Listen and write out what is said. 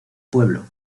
pueblo